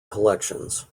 collections